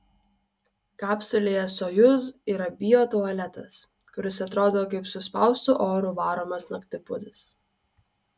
kapsulėje sojuz yra biotualetas kuris atrodo kaip suspaustu oru varomas naktipuodis